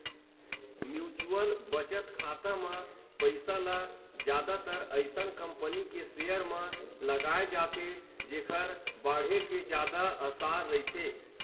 mutual बचत खाता म पइसा ल जादातर अइसन कंपनी के सेयर म लगाए जाथे जेखर बाड़हे के जादा असार रहिथे